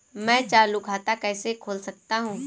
मैं चालू खाता कैसे खोल सकता हूँ?